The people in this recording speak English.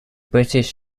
british